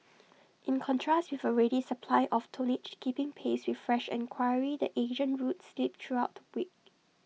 in contrast with A ready supply of tonnage keeping pace with fresh enquiry the Asian routes slipped throughout week